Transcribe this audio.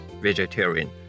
vegetarian